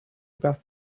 bath